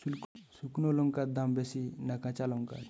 শুক্নো লঙ্কার দাম বেশি না কাঁচা লঙ্কার?